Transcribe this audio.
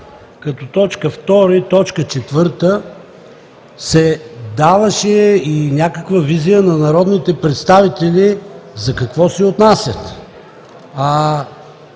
четвърта, се даваше и някаква визия на народните представители за какво се отнасят.